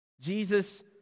Jesus